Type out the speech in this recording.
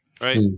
right